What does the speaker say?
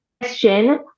question